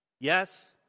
yes